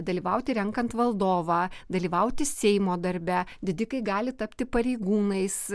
dalyvauti renkant valdovą dalyvauti seimo darbe didikai gali tapti pareigūnais